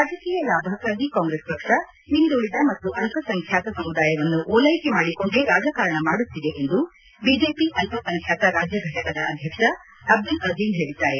ರಾಜಕೀಯ ಲಾಭಕ್ಷಾಗಿ ಕಾಂಗ್ರೆಸ್ ಪಕ್ಷ ಹಿಂದುಳಿದ ಮತ್ತು ಅಲ್ಲ ಸಂಖ್ಯಾತ ಸಮುದಾಯವನ್ನು ಓಲೈಕೆ ಮಾಡಿಕೊಂಡೇ ರಾಜಕಾರಣ ಮಾಡುತ್ತಿದೆ ಎಂದು ಬಿಜೆಪಿ ಅಲ್ಲಸಂಖ್ಕಾತ ರಾಜ್ಯ ಫಟಕದ ಅಧ್ಯಕ್ಷ ಅಬ್ದಲ್ ಅಬ್ದಲ್ ಅಬೇಂ ಹೇಳಿದ್ದಾರೆ